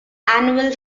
annual